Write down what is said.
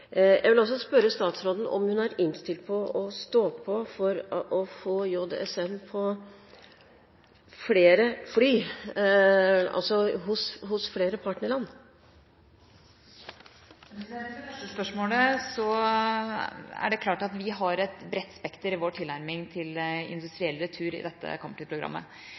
Jeg vil også spørre statsråden om hun er innstilt på å stå på for å få JSM på flere fly, hos flere partnerland. Til det første spørsmålet: Det er klart at vi har et bredt spekter i vår tilnærming til industriell retur i dette